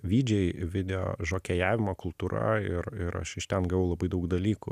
vydžei video žokejavimo kultūra ir ir aš iš ten gavau labai daug dalykų